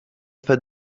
fet